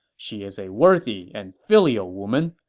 she is a worthy and filial woman,